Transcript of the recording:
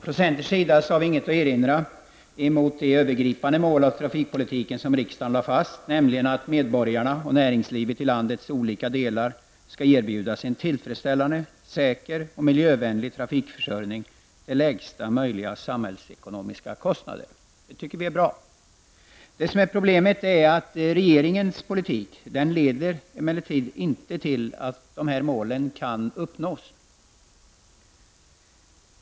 Från centerns sida har vi inget att erinra mot de övergripande mål för trafikpolitiken som riksdagen lade fast, nämligen att medborgarna och näringslivet i landets olika delar skall erbjudas en tillfredsställande, säker och miljövänlig trafikförsörjning till lägsta möjliga samhällsekonomiska kostnader. Det tycker vi är bra. Problemet är att regeringens politik emellertid inte leder till att dessa mål kan uppnås.